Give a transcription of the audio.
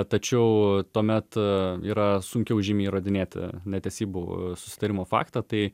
tačiau tuomet yra sunkiau žymiai įrodinėti netesybų susitarimo faktą tai